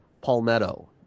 Palmetto